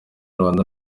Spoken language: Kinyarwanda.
rwanda